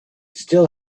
still